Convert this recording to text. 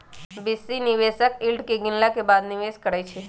बेशी निवेशक यील्ड के गिनला के बादे निवेश करइ छै